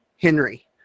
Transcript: Henry